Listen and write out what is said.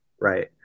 Right